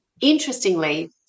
Interestingly